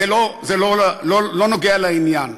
זה לא נוגע לעניין.